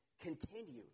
continued